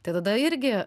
tai tada irgi